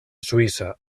suïssa